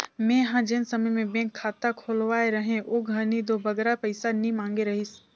मेंहा जेन समे में बेंक खाता खोलवाए रहें ओ घनी दो बगरा पइसा नी मांगे रहिस